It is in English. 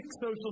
social